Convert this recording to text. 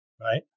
Right